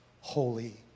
Holy